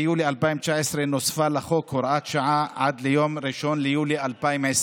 ביולי 2019 נוספה לחוק הוראת שעה עד ליום 1 ביולי 2020